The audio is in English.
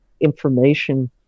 information